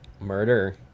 murder